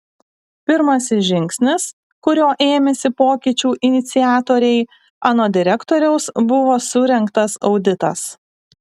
pirmasis žingsnis kurio ėmėsi pokyčių iniciatoriai anot direktoriaus buvo surengtas auditas